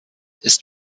ist